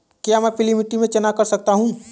क्या मैं पीली मिट्टी में चना कर सकता हूँ?